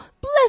bless